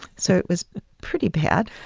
so it was pretty bad.